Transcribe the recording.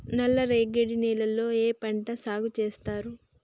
నల్లరేగడి నేలల్లో ఏ పంట సాగు చేస్తారు?